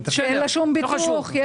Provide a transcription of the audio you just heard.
שאין לה שום ביטוח.